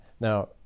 Now